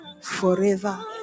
forever